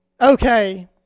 Okay